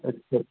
ਅੱਛਾ